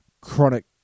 Chronic